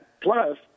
Plus